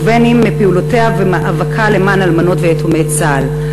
ואם מפעולותיה ומאבקה למען אלמנות ויתומי צה"ל.